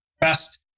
best